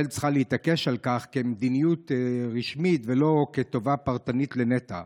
ישראל צריכה להתעקש על כך כמדיניות רשמית ולא כטובה פרטנית לנטע.